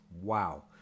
Wow